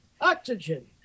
oxygen